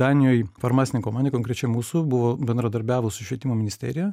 danijoj farmacinė kompanija konkrečiai mūsų buvo bendradarbiavo su švietimo ministerija